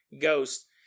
ghost